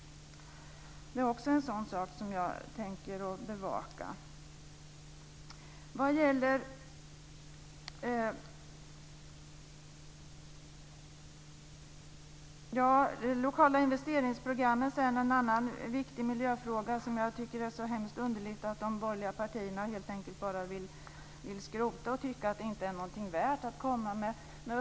Det är också en sådan sak som jag tänker bevaka. Lokala investeringsprogram är en annan viktig miljöfråga. Jag tycker att det är hemskt underligt att de borgerliga partierna helt enkelt bara vill skrota det och tycker att det inte är någonting värt att komma med.